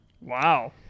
Wow